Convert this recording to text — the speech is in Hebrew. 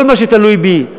כל מה שתלוי בי,